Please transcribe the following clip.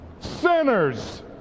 sinners